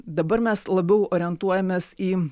dabar mes labiau orientuojamės į